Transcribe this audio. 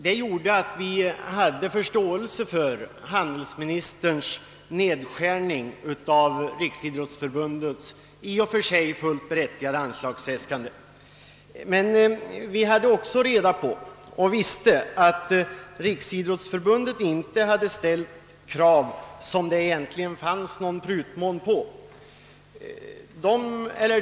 Detta gjorde att vi hade förståelse för handelsministerns nedskärning av Riksidrottsförbundets i och för sig fullt berättigade anslagsäskande. Vi visste också att Riksidrottsförbundet inte ställt krav med någon egentlig prutmån.